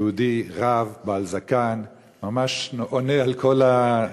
יהודי, רב, בעל זקן, ממש עונה על כל התיאורים.